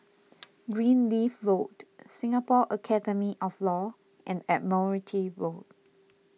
Greenleaf Road Singapore Academy of Law and Admiralty Road